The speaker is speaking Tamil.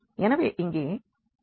எனவே இங்கே u